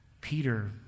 Peter